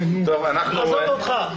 עזוב אותך.